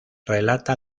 relata